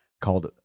called